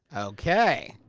okay!